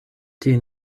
die